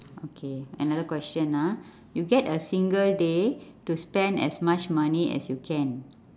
okay another question ah you get a single day to spend as much money as you can